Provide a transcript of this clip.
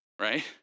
right